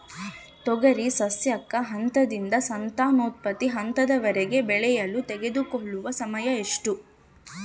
ತೊಗರಿ ಸಸ್ಯಕ ಹಂತದಿಂದ ಸಂತಾನೋತ್ಪತ್ತಿ ಹಂತದವರೆಗೆ ಬೆಳೆಯಲು ತೆಗೆದುಕೊಳ್ಳುವ ಸಮಯ ಎಷ್ಟು?